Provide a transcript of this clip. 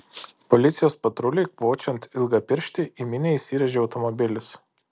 policijos patruliui kvočiant ilgapirštį į minią įsirėžė automobilis